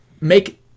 Make